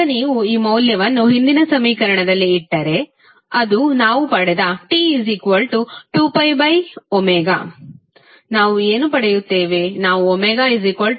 ಈಗ ನೀವು ಈ ಮೌಲ್ಯವನ್ನು ಹಿಂದಿನ ಸಮೀಕರಣದಲ್ಲಿ ಇಟ್ಟರೆ ಅದು ನಾವು ಪಡೆದT2ω ನಾವು ಏನು ಪಡೆಯುತ್ತೇವೆ